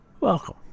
welcome